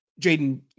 Jaden